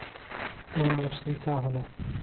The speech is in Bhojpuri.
एम.एफ.सी का होला?